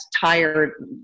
tired